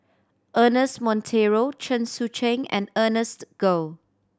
Ernest Monteiro Chen Sucheng and Ernest Goh